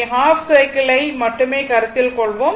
எனவே half cycle ஐ மட்டுமே கருத்தில் கொள்வோம்